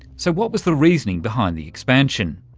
so what was the reasoning behind the expansion?